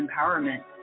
empowerment